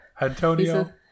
Antonio